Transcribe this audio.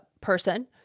person